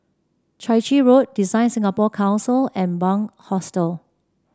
Chai Chee Road Design Singapore Council and Bunc Hostel